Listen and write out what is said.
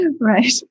right